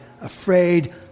afraid